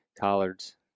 collards